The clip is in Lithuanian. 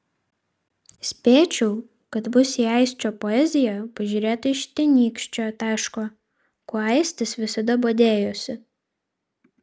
spėčiau kad bus į aisčio poeziją pažiūrėta iš tenykščio taško kuo aistis visada bodėjosi